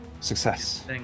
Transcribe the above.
success